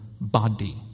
body